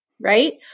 right